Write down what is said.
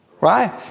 Right